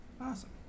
awesome